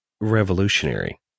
revolutionary